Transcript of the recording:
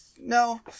no